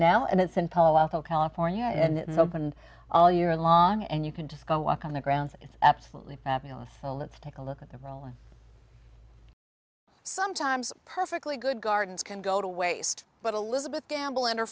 now and it's in paul also california and it's opened all year long and you can just go walk on the grounds it's absolutely fabulous so let's take a look at the rolling sometimes perfectly good gardens can go to waste but a little bit gamble and her